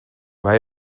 maar